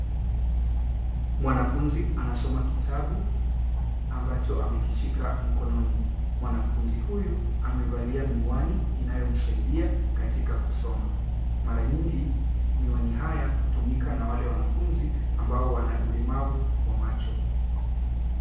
Mwanafunzi anasoma kitabu ambacho amekishika mkononi. Mwanafunzi huyu amevalia miwani inayo msaidia katika kusoma. Mara nyingi miwani haya hutumika na wale wanafunzi ambao wana ulemavu wa macho.